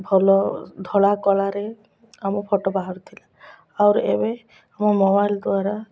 ଭଲ ଧଳା କଳାରେ ଆମ ଫଟୋ ବାହାରୁଥିଲା ଅର୍ ଏବେ ଆମ ମୋବାଇଲ୍ ଦ୍ୱାରା